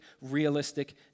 realistic